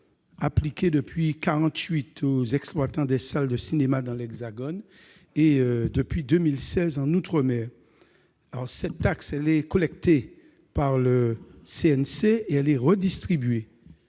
Appliquée depuis 1948 aux exploitants de salles de cinéma dans l'Hexagone et depuis 2016 en outre-mer, cette taxe est collectée par le CNC et redistribuée,